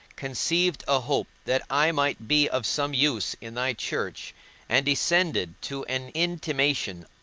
conceived a hope that i might be of some use in thy church and descended to an intimation,